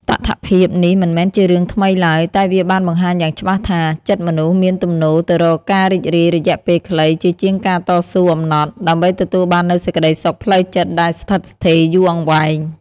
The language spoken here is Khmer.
តថភាពនេះមិនមែនជារឿងថ្មីឡើយ តែវាបានបង្ហាញយ៉ាងច្បាស់ថា ចិត្តមនុស្សមានទំនោរទៅរកការរីករាយរយៈពេលខ្លី ជាជាងការតស៊ូអំណត់ ដើម្បីទទួលបាននូវសេចក្តីសុខផ្លូវចិត្តដែលស្ថិតស្ថេរយូរអង្វែង។